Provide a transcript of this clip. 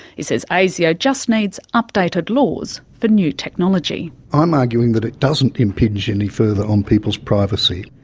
he says asio just needs updated laws for new technology. i'm arguing that it doesn't impinge any further on people's privacy.